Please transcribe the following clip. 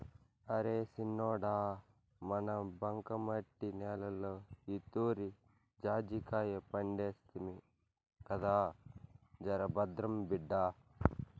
అరే సిన్నోడా మన బంకమట్టి నేలలో ఈతూరి జాజికాయ పంటేస్తిమి కదా జరభద్రం బిడ్డా